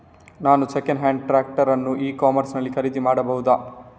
ನಾನು second hand tractor ಅನ್ನು e commerce ನಲ್ಲಿ ಖರೀದಿ ಮಾಡಬಹುದಾ?